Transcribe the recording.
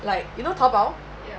like you know taobao